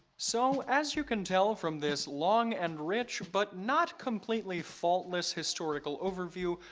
so as you can tell from this long and rich but not completely faultless historical overview,